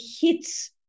hits